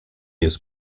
jest